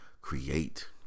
create